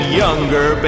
younger